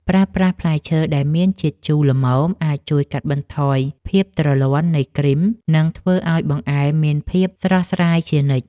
ប្រើប្រាស់ផ្លែឈើដែលមានជាតិជូរល្មមអាចជួយកាត់បន្ថយភាពទ្រលាន់នៃគ្រីម និងធ្វើឱ្យបង្អែមមានភាពស្រស់ស្រាយជានិច្ច។